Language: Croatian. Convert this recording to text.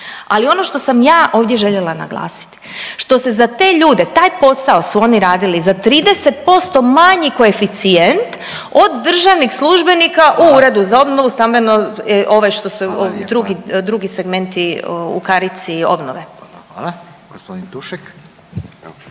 Ali ono što sam ja ovdje željela naglasiti, što se za te ljude taj posao su oni radili za 30% manji koeficijent od državnih službenika u Uredu za obnovu, stambeno ovaj što se drugi segmenti u karici obnove. **Radin, Furio